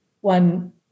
one